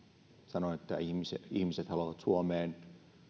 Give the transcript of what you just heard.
sanoin että ihmiset ihmiset haluavat suomeen